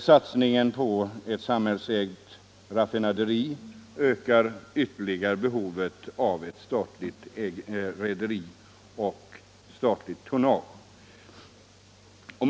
Satsningen på ett samhällsägt raffinaderi ökar ytterligare behovet av ett statsägt rederi och statligt tonnage.